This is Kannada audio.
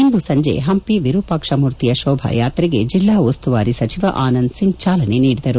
ಇಂದು ಸಂಜೆ ಹಂಪಿ ವಿರೂಪಾಕ್ಷ ಮೂರ್ತಿಯ ಶೋಭಯಾತ್ರೆಗೆ ಜಿಲ್ಲಾ ಉಸ್ತುವಾರಿ ಸಚಿವ ಅನಂದ್ ಸಿಂಗ್ ಚಾಲನೆ ನೀಡಿದರು